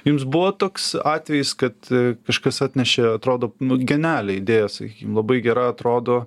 jums buvo toks atvejis kad kažkas atnešė atrodo genialią idėją sakykim labai gera atrodo